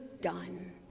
done